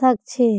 सख छे